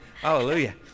Hallelujah